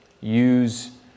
use